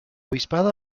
obispado